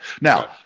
Now